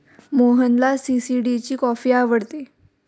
मोहनला सी.सी.डी ची कॉफी आवडते